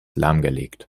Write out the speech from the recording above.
lahmgelegt